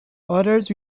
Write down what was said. others